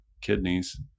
kidneys